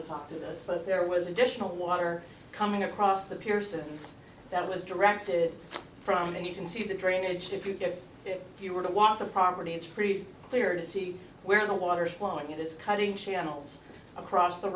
do this but there was additional water coming across the pearson that was directed from and you can see the drainage if you give it you were to walk the property it's pretty clear to see where the water is flowing it is cutting channels across the